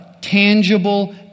tangible